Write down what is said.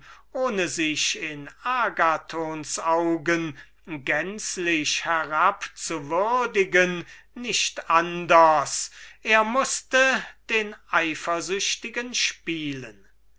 ohne sich in agathons augen zum verräter seiner eigenen ehre zu machen nicht anders er mußte den eifersüchtigen spielen